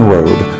Road